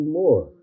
more